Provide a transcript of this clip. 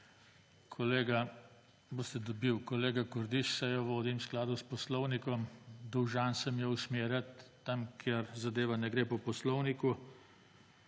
Kolega Kordiš, sejo vodim v skladu s poslovnikom. Dolžan sem jo usmerjati tam, kjer zadeva ne gre po poslovniku.